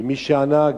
ומי שענה,